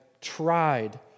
tried